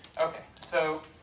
okay so.